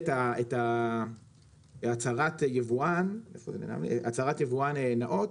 הצהרת יבואן נאות,